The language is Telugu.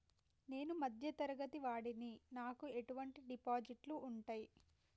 నేను మధ్య తరగతి వాడిని నాకు ఎటువంటి డిపాజిట్లు ఉంటయ్?